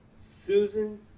Susan